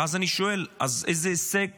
ואז אני שואל, אז איזה הישג